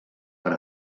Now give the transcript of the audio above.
per